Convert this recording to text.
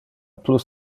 plus